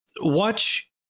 watch